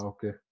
Okay